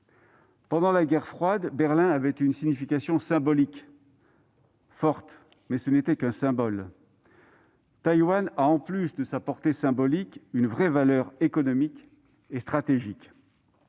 Pendant la guerre froide, Berlin avait une signification symbolique forte, mais ce n'était qu'un symbole ; en plus de sa portée symbolique, Taïwan a une véritable valeur économique et stratégique.